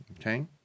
Okay